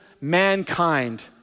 mankind